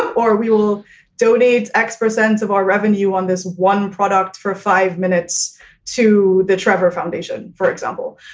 or we will donate x percent of our revenue on this one product for five minutes to the trever foundation, for example.